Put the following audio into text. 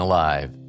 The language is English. Alive